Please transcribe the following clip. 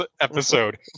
episode